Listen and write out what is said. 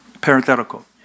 parenthetical